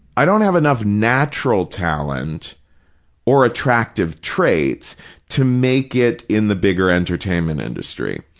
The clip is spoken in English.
i don't have enough natural talent or attractive traits to make it in the bigger entertainment industry.